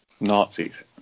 Nazis